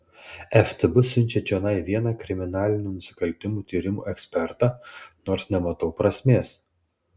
ftb siunčia čionai vieną kriminalinių nusikaltimų tyrimų ekspertą nors nematau prasmės